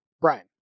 Brian